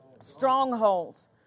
strongholds